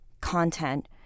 content